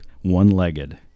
One-legged